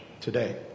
today